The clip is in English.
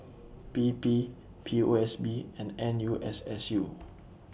P P P O S B and N U S S U